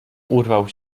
urwał